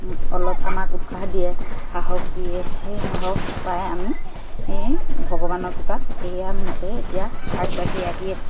অলপ আমাক উৎসাহ দিয়ে সাহস দিয়ে সেই সাহস পাই আমি ভগৱানৰ কৃপাত এয়া মতেই এতিয়া আগবাঢ়ি আহি আছোঁ